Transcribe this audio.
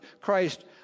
Christ